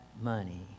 money